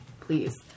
please